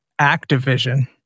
Activision